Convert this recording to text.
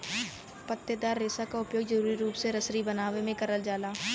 पत्तेदार रेसा क उपयोग जरुरी रूप से रसरी बनावे में करल जाला